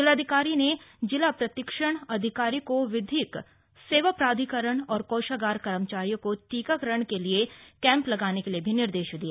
जिलाधिकारी ने जिला प्रतिरक्षण अधिकारी को विधिक सेवा प्राधिकरण और कोषागार कर्मचारियों का टीकाकरण के लिए कैम्प लगवाने के भी निर्देश दिए